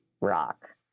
rock